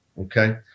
Okay